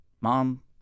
mom